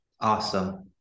awesome